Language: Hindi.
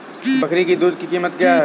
बकरी की दूध की कीमत क्या है?